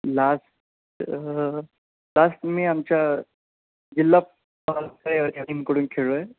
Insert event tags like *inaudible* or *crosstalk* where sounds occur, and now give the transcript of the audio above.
लास last मी आमच्या जिल्हा *unintelligible* या टीमकडून खेळलो आहे